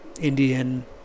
indian